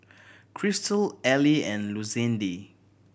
Christel Ely and Lucindy